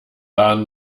waren